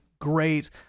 great